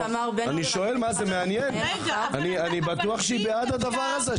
אני בטוח שהיא בעד הדבר הזה.